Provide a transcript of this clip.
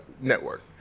Network